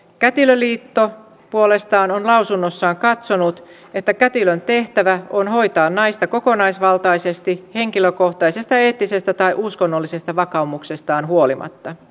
kätilöliitto puolestaan on lausunnossaan katsonut että kätilön tehtävä on hoitaa naista kokonaisvaltaisesti henkilökohtaisesta eettisestä tai uskonnollisesta vakaumuksestaan huolimatta